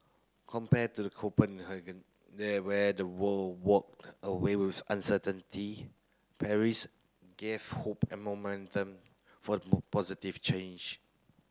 compare to the Copenhagen there where the world walked away with uncertainty Paris gave hope and momentum for positive change